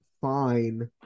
fine